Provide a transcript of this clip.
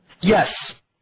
Yes